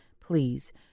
Please